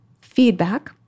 feedback